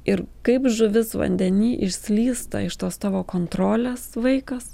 ir kaip žuvis vandeny išslysta iš tos tavo kontrolės vaikas